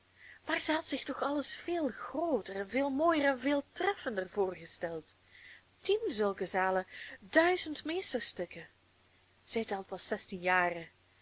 maar zij had zich toch alles veel grooter en veel mooier en veel treffender voorgesteld tien zulke zalen duizend meesterstukken zij telt pas